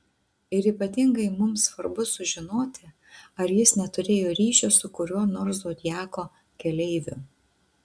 ir ypatingai mums svarbu sužinoti ar jis neturėjo ryšio su kuriuo nors zodiako keleiviu